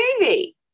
movie